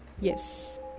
yes